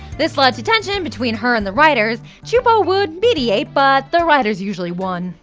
this led to tension between her and the writers. csupo would mediate, but the writers usually won.